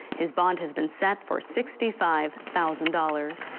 his bond has been set for sixty five thousand dollars.